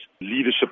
leadership